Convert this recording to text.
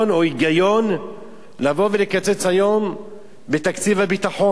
היגיון לבוא ולקצץ היום בתקציב הביטחון.